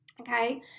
okay